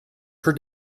per